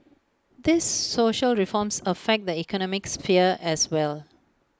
these social reforms affect the economic sphere as well